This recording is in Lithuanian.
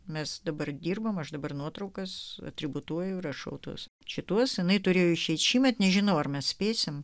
mes dabar dirbame aš dabar nuotraukas atributuoju rašau tuos šituos jinai turėjo išeiti šįmet nežinau ar mes spėsime